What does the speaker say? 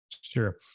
Sure